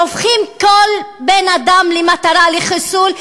שהופכים כל בן-אדם למטרה לחיסול,